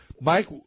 Mike